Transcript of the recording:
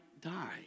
die